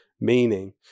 meaning